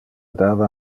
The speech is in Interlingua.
dava